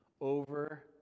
over